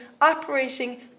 operating